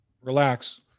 relax